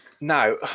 Now